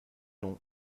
non